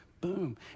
boom